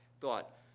thought